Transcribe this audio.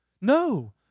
no